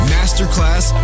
Masterclass